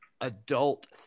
adult